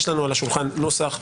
עשינו את הפשרות הנחוצות,